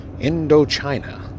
Indochina